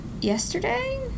yesterday